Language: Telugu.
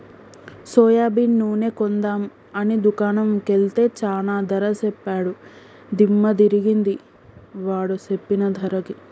సోయాబీన్ నూనె కొందాం అని దుకాణం కెల్తే చానా ధర సెప్పాడు దిమ్మ దిరిగింది వాడు సెప్పిన ధరకి